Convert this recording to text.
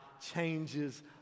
changes